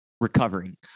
recovering